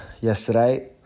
yesterday